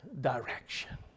direction